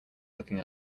looking